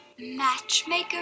Matchmaker